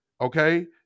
okay